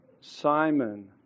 Simon